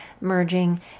merging